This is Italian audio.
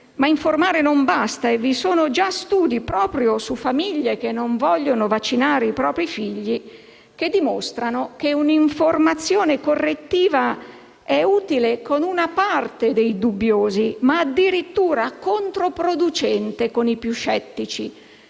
ma informare non basta. Vi sono già studi, proprio su famiglie che non vogliono vaccinare i propri figli, che dimostrano che una informazione correttiva è utile con una parte dei dubbiosi ma addirittura controproducente con i più scettici.